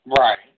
Right